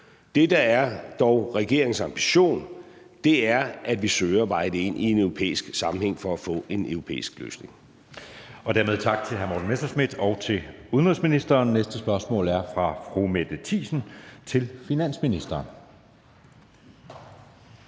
Det, der dog er regeringens ambition, er, at vi søger at veje det ind i en europæisk sammenhæng for at få en europæisk løsning. Kl. 13:17 Anden næstformand (Jeppe Søe): Dermed tak til hr. Morten Messerschmidt og til udenrigsministeren. Næste spørgsmål er fra fru Mette Thiesen til finansministeren.